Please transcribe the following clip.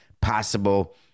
possible